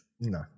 No